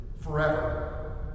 forever